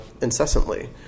incessantly